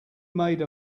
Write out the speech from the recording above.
made